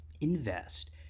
invest